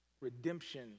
redemption